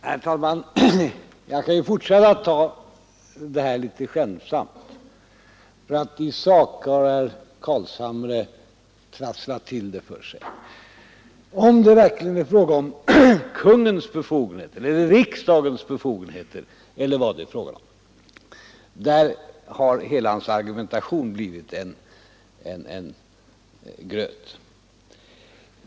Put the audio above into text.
Herr talman! Jag skall fortsätta att ta det här litet skämtsamt, för i sak har herr Carlshamre trasslat till det för sig. Vare sig det är fråga om kungens befogenheter eller riksdagens befogenheter eller någonting annat har hela hans argumentation blivit en gröt.